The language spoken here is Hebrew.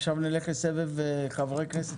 עכשיו נלך לסבב חברי כנסת,